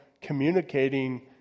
communicating